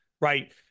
Right